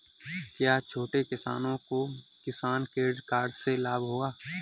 क्या छोटे किसानों को किसान क्रेडिट कार्ड से लाभ होगा?